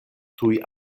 tuj